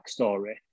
backstory